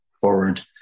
forward